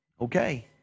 okay